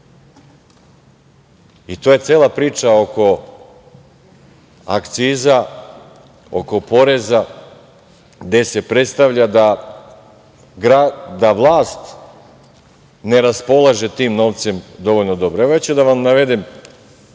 je cela priča oko akciza, oko poreza, gde se predstavlja da vlast ne raspolaže tim novcem dovoljno